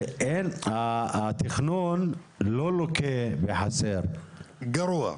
התכנון לא לוקה בחסר --- גרוע.